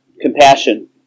compassion